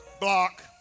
block